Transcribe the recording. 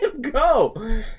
go